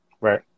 Right